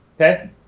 Okay